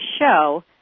show